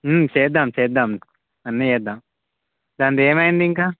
చేద్దాం చేద్దాం అన్నీ చేద్దాం దాంది ఏమైంది ఇంక